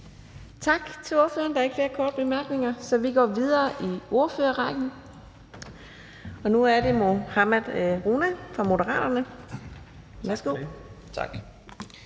Tak til ordføreren. Der er ikke flere korte bemærkninger, så vi går videre i ordførerrækken. Nu er det hr. Mohammad Rona fra Moderaterne. Værsgo. Kl.